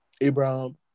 Abraham